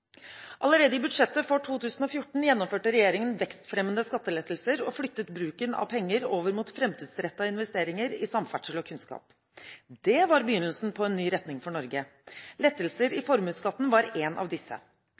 Allerede i budsjettet for 2014 gjennomførte regjeringen vekstfremmende skattelettelser og flyttet bruken av penger over mot framtidsrettede investeringer i samferdsel og kunnskap. Det var begynnelsen på en ny retning for Norge. Lettelser i formuesskatten var en av disse.